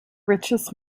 richest